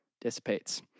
dissipates